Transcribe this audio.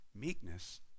meekness